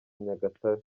nyagatare